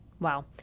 Wow